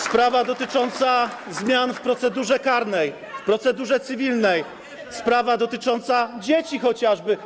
Sprawa dotycząca zmian w procedurze karnej, w procedurze cywilnej, sprawa dotycząca dzieci chociażby.